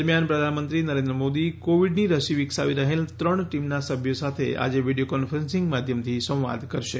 દરમ્યાન પ્રધાનમંત્રી નરેન્દ્ર મોદી કોવીડની રસી વિકસાવી રહેલ ત્રણ ટીમના સભ્યો સાથે આજે વીડિયો કોન્ફરન્સિંગ માધ્યમથી સંવાદ કરશે